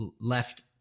left